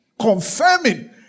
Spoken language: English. Confirming